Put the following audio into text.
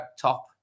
top